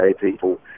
people